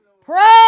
Pray